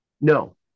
No